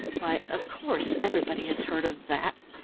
why, of course, everybody has heard of that.